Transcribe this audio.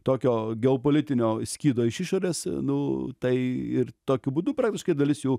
tokio geopolitinio skydo iš išorės nu tai ir tokiu būdu praktiškai dalis jų